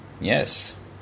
yes